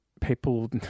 people